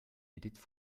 edith